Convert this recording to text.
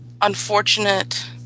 unfortunate